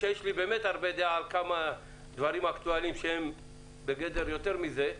שיש לי באמת הרבה דעה על כמה דברים אקטואליים שהם בגדר יותר מזה,